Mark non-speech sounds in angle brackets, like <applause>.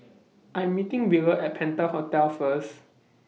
<noise> I'm meeting Wheeler At Penta Hotel First